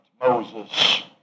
Moses